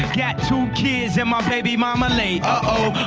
got two kids and my baby mama late oh